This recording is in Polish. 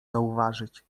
zauważyć